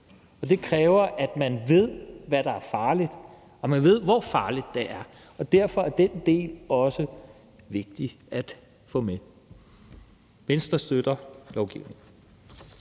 Det kræver, at man ved, hvad der er farligt, og at man ved, hvor farligt det er. Derfor er den del også vigtig at få med. Venstre støtter lovgivningen.